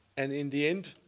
and in the end,